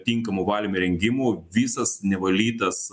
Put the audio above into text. tinkamų valyme įrengimų visas nevalytas